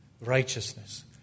righteousness